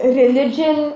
religion